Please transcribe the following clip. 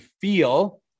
feel